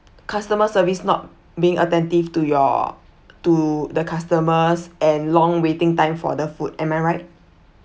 customer service not being attentive to your to the customers and long waiting time for the food am I right